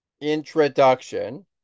introduction